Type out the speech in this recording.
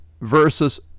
versus